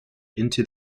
into